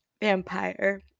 vampire